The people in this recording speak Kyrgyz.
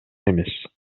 эмес